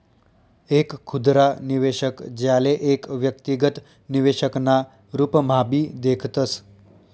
एक खुदरा निवेशक, ज्याले एक व्यक्तिगत निवेशक ना रूपम्हाभी देखतस